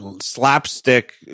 slapstick